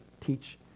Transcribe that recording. teach